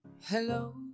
Hello